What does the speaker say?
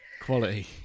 Quality